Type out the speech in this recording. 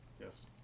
Yes